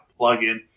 plugin